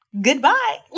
goodbye